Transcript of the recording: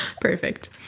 Perfect